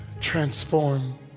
transform